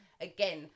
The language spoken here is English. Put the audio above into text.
again